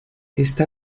está